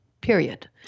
period